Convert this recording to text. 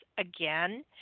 Again